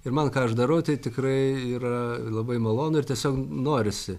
ir man ką aš darau tai tikrai yra labai malonu ir tiesiog norisi